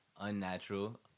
unnatural